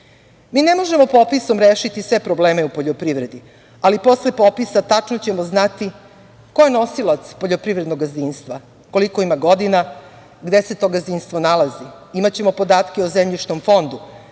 ne možemo popisom rešiti sve probleme u poljoprivredi, ali posle popisa tačno ćemo znati ko je nosilac poljoprivrednog gazdinstva, koliko ima godina, gde se to gazdinstvo nalazi, imaćemo podatke o zemljišnom fondu,